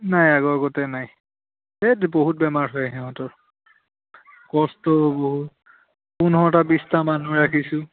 নাই আগৰগতে নাই এই বহুত বেমাৰ হয় সিহঁতৰ কষ্টও বহুত পোন্ধৰটা বিছটা মানুহ ৰাখিছোঁ